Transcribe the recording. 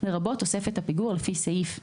לרבות תוספת הפיגור לפי סעיף 10(ב),